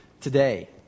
today